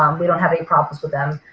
um we don't have any problems with them.